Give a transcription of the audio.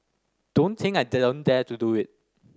don't think I didn't dare to do it